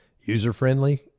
User-friendly